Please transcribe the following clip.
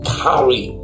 carry